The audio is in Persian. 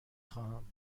خواهم